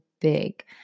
big